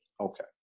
Okay